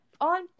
on